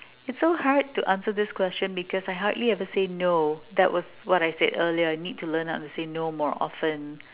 it's so hard to answer this question because I hardly ever said no that was what I said earlier need to know how to say no more often